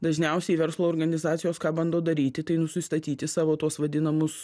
dažniausiai verslo organizacijos ką bando daryti tai nusistatyti savo tuos vadinamus